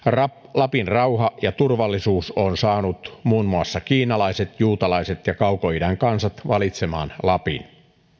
lapin rauha ja turvallisuus on saanut muun muassa kiinalaiset juutalaiset ja kaukoidän kansat valitsemaan lapin